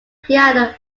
piano